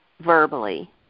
verbally